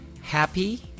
happy